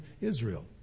Israel